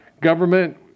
government